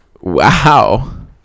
Wow